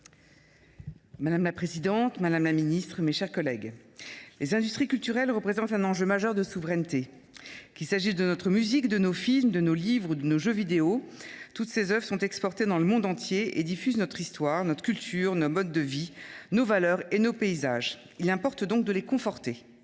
Madame la présidente, madame la ministre, mes chers collègues, les industries culturelles représentent un enjeu majeur de souveraineté. Qu’il s’agisse de notre musique, de nos films, de nos livres ou de nos jeux vidéo, toutes ces œuvres sont exportées dans le monde entier, où elles contribuent à diffuser notre histoire, notre culture, nos modes de vie, nos valeurs et nos paysages. Il importe donc de les conforter.